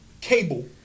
Cable